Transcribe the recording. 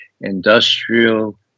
industrial